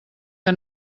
que